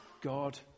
God